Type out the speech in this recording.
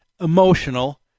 emotional